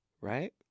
right